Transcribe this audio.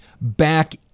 back